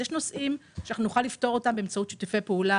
יש נושאים שאנחנו נוכל לפתור אותם באמצעות שיתופי פעולה